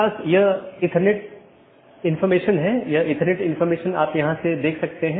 तो यह एक तरह से पिंगिंग है और एक नियमित अंतराल पर की जाती है